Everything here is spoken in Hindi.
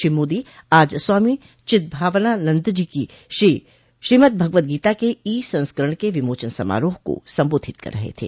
श्री मोदी आज स्वामी चिद्भवानंदजी की श्रीमद्भगवदगीता के ई संस्करण के विमोचन समारोह को संबोधित कर रहे थे